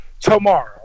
tomorrow